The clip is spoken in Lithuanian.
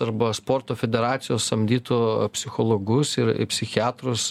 arba sporto federacijos samdytų psichologus ir psichiatrus